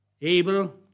Abel